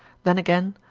then again,